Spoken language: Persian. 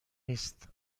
نیست